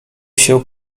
się